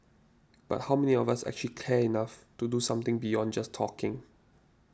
but how many of us actually care enough to do something beyond just talking